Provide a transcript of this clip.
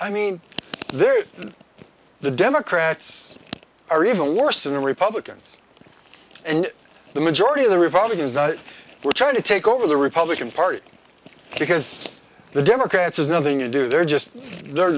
i mean they're the democrats are even worse than the republicans and the majority of the republicans now were trying to take over the republican party because the democrats is nothing to do they're just